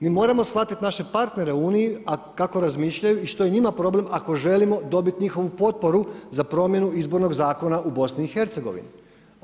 Mi moramo shvatiti naše partnere u Uniji razmišljaju i što je njima problem ako želimo dobiti njihovu potporu za promjenu Izbornog zakona u BiH-u.